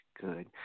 good